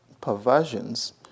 perversions